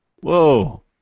whoa